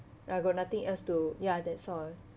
I got nothing else to ya that's all